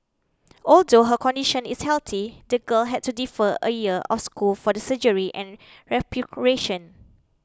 although her condition is healthy the girl had to defer a year of school for the surgery and recuperation